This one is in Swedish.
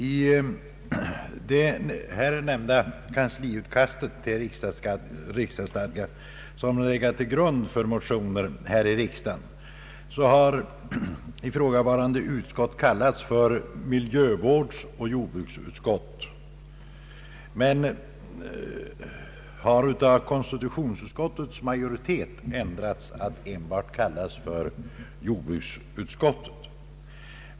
I det här nämnda kansliutkastet till riksdagsstadga, som har legat till grund för motioner i riksdagen, har ifrågavarande utskott kallats för miljövårdsoch jordbruksutskottet, men konstitutionsutskottets majoritet har nu ändrat beteckningen till enbart jordbruksutskottet.